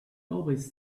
always